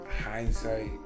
hindsight